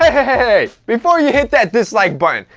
ah hey before you hit that dislike button.